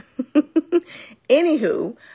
Anywho